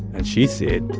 and she said,